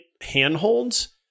handholds